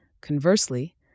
Conversely